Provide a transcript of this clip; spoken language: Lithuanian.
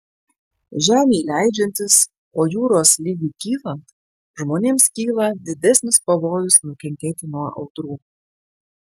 žemei leidžiantis o jūros lygiui kylant žmonėms kyla didesnis pavojus nukentėti nuo audrų